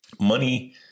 Money